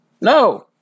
no